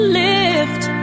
lift